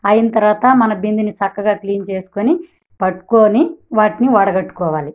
అయిన తరువాత మన బిందని చక్కగా క్లీన్ చేసుకొని పట్టుకొని వాటిని వడగట్టుకోవాలి